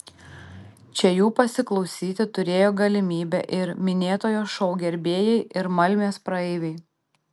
čia jų pasiklausyti turėjo galimybę ir minėtojo šou gerbėjai ir malmės praeiviai